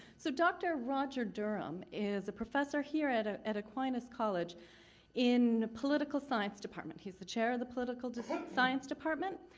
so, dr. roger durham is a professor here at ah at aquinas college in the political science department. he's the chair of the political science department.